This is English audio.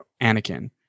Anakin